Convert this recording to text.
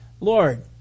Lord